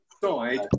side